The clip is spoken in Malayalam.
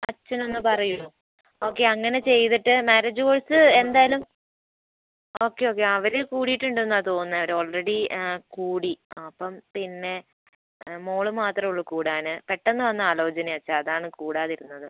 അച്ചനൊന്നു പറയുമോ ഓക്കെ അങ്ങനെ ചെയ്തിട്ട് മാര്യേജ് കോഴ്സ് എന്തായാലും ഓക്കെ ഓക്കെ അവർ കൂടിയിട്ടുണ്ടെന്നാണ് തോന്നുന്നത് അവർ ഓൾറെഡി കൂടി അപ്പം പിന്നേ മകൾ മാത്രമേ ഉള്ളൂ കൂടാൻ പെട്ടെന്നുവന്ന ആലോചനയാണ് അച്ചാ അതാണ് കൂടാതിരുന്നത്